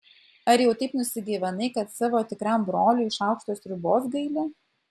ar jau taip nusigyvenai kad savo tikram broliui šaukšto sriubos gaili